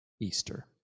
Easter